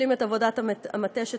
להשלים את עבודת המטה שתוארה.